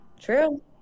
True